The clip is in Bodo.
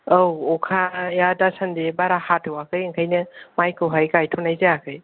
औ अखाया दासान्दि बारा हाथ'याखै ओंखायनो मायखौ हाय गायथ'नाय जायाखै